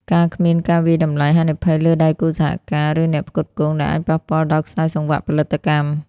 ការគ្មានការវាយតម្លៃហានិភ័យលើដៃគូសហការ ឬអ្នកផ្គត់ផ្គង់ ដែលអាចប៉ះពាល់ដល់ខ្សែសង្វាក់ផលិតកម្ម។